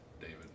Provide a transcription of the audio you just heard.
David